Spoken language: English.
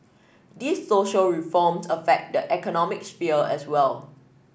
these social reforms affect the economic sphere as well